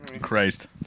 Christ